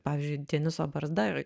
pavyzdžiui deniso barzda ir